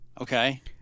okay